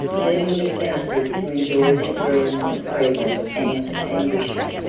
leaving the senators to enjoy their dream of freedom and ambition,